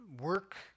work